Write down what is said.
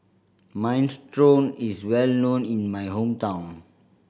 minestrone is well known in my hometown